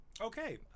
Okay